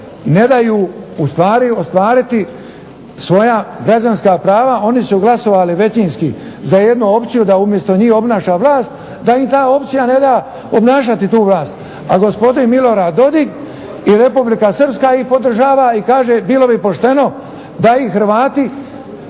ne daju ostvariti svoja građanska prava a oni su glasovali većinski za jednu opciju da umjesto njih obnaša vlast, da im ta opcija ne da obnašati tu vlast, a gospodin Milorad Dodik i Republika Srpska ih podržava i kaže bilo bi pošteno da i Hrvati